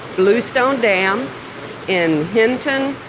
bluestone dam in hinton,